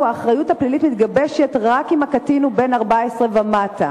האחריות הפלילית מתגבשת רק אם הקטין הוא בן 14 ומטה,